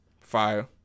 fire